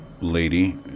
lady